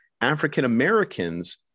African-Americans